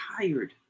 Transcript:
tired